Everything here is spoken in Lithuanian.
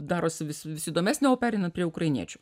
darosi vis vis įdomesnė o pereinant prie ukrainiečių